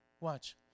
Watch